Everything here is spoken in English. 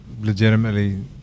legitimately